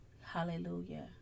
Hallelujah